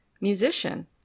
musician